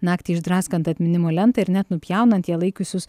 naktį išdraskant atminimo lentą ir net nupjaunant ją laikiusius